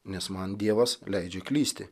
nes man dievas leidžia klysti